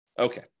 Okay